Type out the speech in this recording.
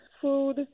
food